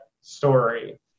story